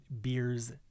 beers